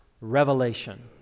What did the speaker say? revelation